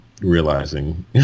realizing